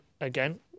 again